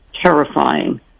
terrifying